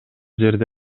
жерде